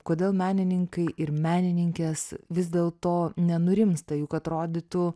kodėl menininkai ir menininkės vis dėlto nenurimsta juk atrodytų